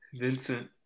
Vincent